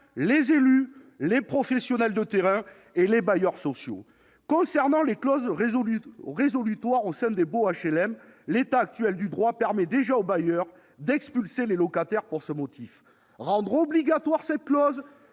les élus, les professionnels de terrain et les bailleurs sociaux. J'en viens aux clauses résolutoires au sein des baux HLM. L'état actuel du droit permet déjà aux bailleurs d'expulser les locataires pour un tel motif. À nos yeux, rendre obligatoire cette clause